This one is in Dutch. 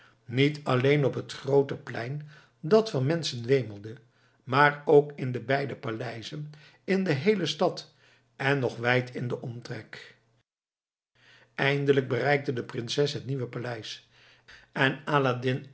niet alleen op het groote plein dat van menschen wemelde maar ook in de beide paleizen in de heele stad en nog wijd in den omtrek eindelijk bereikte de prinses het nieuwe paleis en aladdin